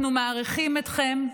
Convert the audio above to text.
אנחנו מעריכים אתכם,